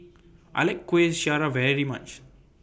I like Kueh Syara very much